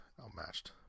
outmatched